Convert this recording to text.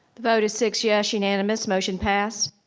vote is six yes, unanimous, motion passed.